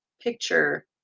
picture